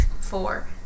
four